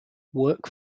work